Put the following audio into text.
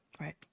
Right